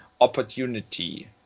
opportunity